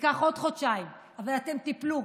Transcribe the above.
עוד חודשיים, אבל אתם תיפלו.